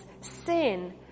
sin